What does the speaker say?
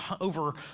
over